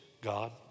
God